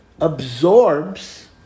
absorbs